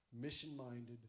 mission-minded